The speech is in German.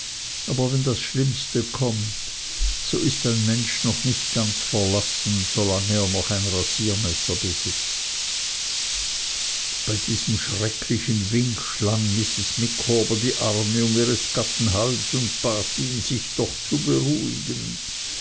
aber wenn das schlimmste kommt so ist ein mensch noch nicht ganz verlassen solange er noch ein rasiermesser besitzt bei diesem schrecklichen wink schlang mrs micawber die arme um ihres gatten hals und bat ihn sich doch zu beruhigen